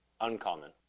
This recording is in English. Uncommon